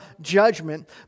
judgment